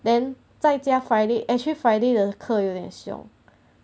then 在家 friday actually friday 的课有点凶